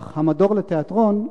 אך המדור לתיאטרון,